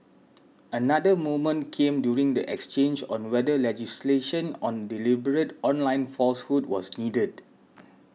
another moment came during the exchange on whether legislation on deliberate online falsehood was needed